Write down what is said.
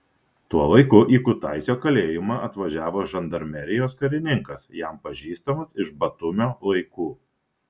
tuo laiku į kutaisio kalėjimą atvažiavo žandarmerijos karininkas jam pažįstamas iš batumio laikų